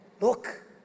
Look